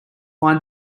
find